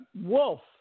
wolf